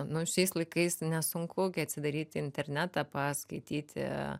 nu šiais laikais nesunku gi atsidaryti internetą paskaityti